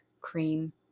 cream